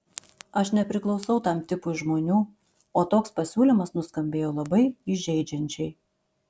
aš nepriklausau tam tipui žmonių o toks pasiūlymas nuskambėjo labai įžeidžiančiai